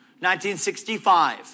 1965